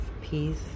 peace